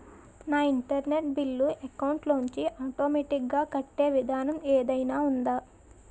నా internet bill account లోంచి automatic గా కట్టే విధానం ఏదైనా ఉందా?